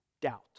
doubt